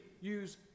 use